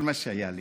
כל מה שהיה לי.